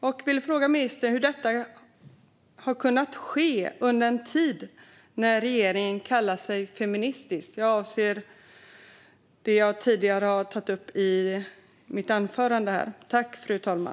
Jag vill fråga ministern hur detta har kunnat ske under en tid när regeringen kallar sig feministisk. Då avser jag det jag tog upp i mitt första inlägg.